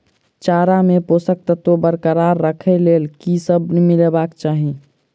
चारा मे पोसक तत्व बरकरार राखै लेल की सब मिलेबाक चाहि?